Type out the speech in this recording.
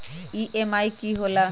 EMI की होला?